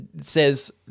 says